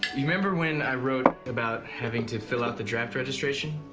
remember when i wrote about having to fill out the draft registration?